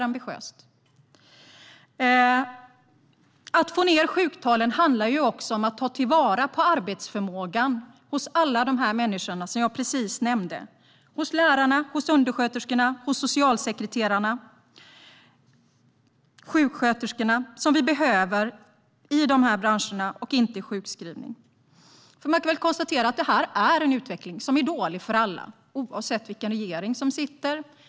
Att få ned sjuktalen handlar också om att ta vara på arbetsförmågan hos de alla människorna som jag precis nämnde: lärarna, undersköterskorna, sjuksköterskorna och socialsekreterarna. Vi behöver dem i de branscherna och inte i sjukskrivning. Det här är en utveckling som är dålig för alla, oavsett vilken regering som sitter.